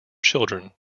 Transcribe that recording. children